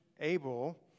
Abel